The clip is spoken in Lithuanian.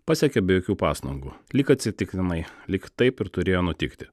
pasiekia be jokių pastangų lyg atsitiktinai lyg taip ir turėjo nutikti